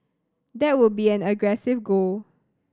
that would be an aggressive goal